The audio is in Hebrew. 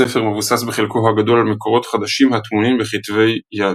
הספר מבוסס בחלקו הגדול על מקורות חדשים הטמונים בכתבי יד.